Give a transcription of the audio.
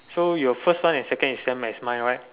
so your first one and second is same as mine right